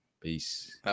Peace